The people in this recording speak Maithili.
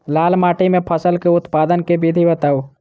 लाल माटि मे फसल केँ उत्पादन केँ विधि बताऊ?